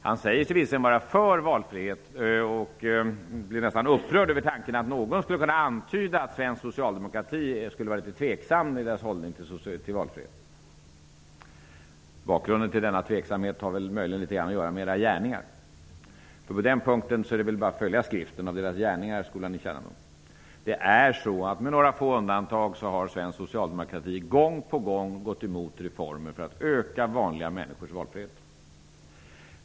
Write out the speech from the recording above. Han säger visserligen att han är för valfrihet, men han blir nästan upprörd om någon skulle antyda att svenska socialdemokrater är litet tveksamma i sin hållning till valfriheten. Bakgrunden till denna tveksamhet har möjligen att göra med era gärningar. På den punkten är det bara att följa skriften; man känner er genom era gärningar. Socialdemokraterna har med några få undantag gång på gång gått emot reformer för att öka vanliga människors valfrihet. Herr talman!